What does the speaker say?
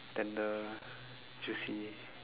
tender juicy